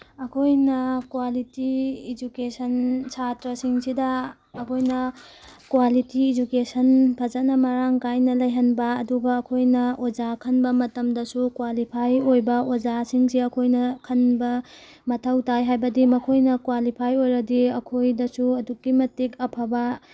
ꯑꯩꯈꯣꯏꯅ quality education ꯁꯥꯇ꯭ꯔꯁꯤꯡꯁꯤꯗ ꯑꯩꯈꯣꯏꯅ ꯀ꯭ꯋꯥꯂꯤꯇꯤ ꯏꯗꯨꯀꯦꯁꯟ ꯐꯖꯅ ꯃꯔꯥꯡ ꯀꯥꯏꯅ ꯂꯩꯍꯟꯕ ꯑꯗꯨꯒ ꯑꯩꯈꯣꯏꯅ ꯑꯣꯖꯥ ꯈꯟꯕ ꯃꯇꯝꯗꯁꯨ ꯀ꯭ꯋꯥꯂꯤꯐꯥꯏ ꯑꯣꯏꯕ ꯑꯣꯖꯥꯁꯤꯡꯁꯦ ꯑꯩꯈꯣꯏꯅ ꯈꯟꯕ ꯃꯊꯧ ꯇꯥꯏ ꯍꯥꯏꯕꯗꯤ ꯃꯈꯣꯏꯅ ꯀ꯭ꯋꯥꯂꯤꯐꯥꯏ ꯑꯣꯏꯔꯗꯤ ꯑꯩꯈꯣꯏꯗꯁꯨ ꯑꯗꯨꯛꯀꯤ ꯃꯇꯤꯛ ꯑꯐꯕ